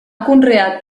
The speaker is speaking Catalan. conreat